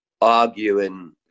Arguing